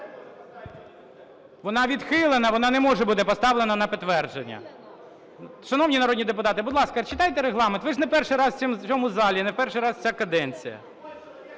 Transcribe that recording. вона відхилена, вона не може бути поставлена на підтвердження. Шановні народні депутати, будь ласка, читайте Регламент, ви ж не перший раз в цьому залі і не перший раз ця каденція.